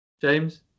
james